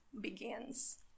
begins